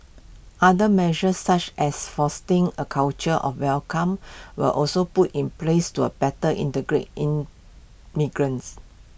other measures such as fostering A culture of welcome were also put in place to A better integrate immigrants